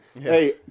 hey